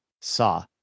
saw